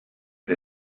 had